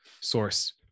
source